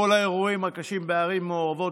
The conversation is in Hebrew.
כל האירועים הקשים בערים מעורבות,